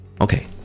Okay